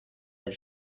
del